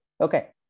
Okay